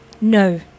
No